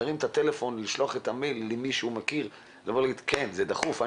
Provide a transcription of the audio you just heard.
להרים את הטלפון או לשלוח את המייל למי שהוא מכיר ולומר שאכן זה דחוף.